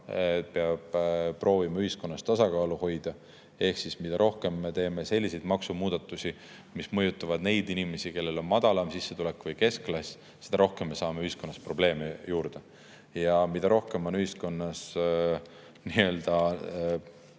peab proovima ühiskonnas tasakaalu hoida. Ehk mida rohkem me teeme selliseid maksumuudatusi, mis mõjutavad neid inimesi, kellel on madalam sissetulek, või keskklassi, seda rohkem me saame ühiskonnas probleeme juurde. Ja mida rohkem on ühiskonnas nii-öelda